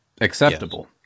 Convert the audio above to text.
acceptable